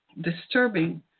disturbing